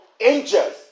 angels